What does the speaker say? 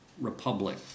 Republic